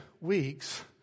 weeks